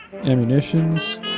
ammunitions